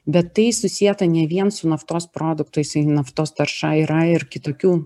bet tai susieta ne vien su naftos produktais naftos tarša yra ir kitokių